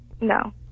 No